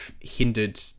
hindered